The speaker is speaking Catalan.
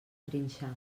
trinxar